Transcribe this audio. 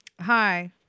Hi